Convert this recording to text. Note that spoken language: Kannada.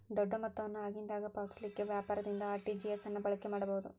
ದೊಡ್ಡ ಮೊತ್ತವನ್ನು ಆಗಿಂದಾಗ ಪಾವತಿಸಲಿಕ್ಕೆ ವ್ಯಾಪಾರದಿಂದ ಆರ್.ಟಿ.ಜಿ.ಎಸ್ ಅನ್ನ ಬಳಕೆ ಮಾಡಬಹುದು